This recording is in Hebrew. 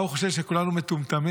מה הוא חושב, שכולנו מטומטמים?